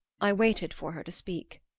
i waited for her to speak.